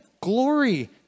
glory